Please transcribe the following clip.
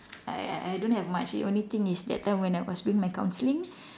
!aiya! I I don't have much the only thing is when I was doing my counselling